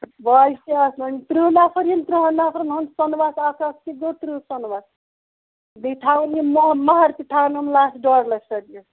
واجہِ تہِ آسنو تٕرٕہ نَفر یِن یِمن تٕرٕہَن نَفرَن ہُند سۄنہٕ وَس آسنو گوٚو تٕرٕہ سۄنہٕ وَس بیٚیہِ تھاوَن یِم مَہر تہِ تھاون یِم لَچھ ڈۄڈ لَچھ رۄپیہِ